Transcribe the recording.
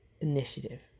initiative